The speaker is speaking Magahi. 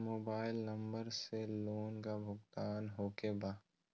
मोबाइल नंबर से लोन का भुगतान होखे बा?